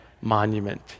Monument